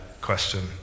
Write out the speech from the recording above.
question